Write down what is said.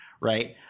right